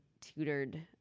tutored